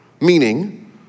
Meaning